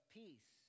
peace